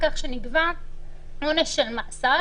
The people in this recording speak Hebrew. כך שנקבע עונש של מאסר,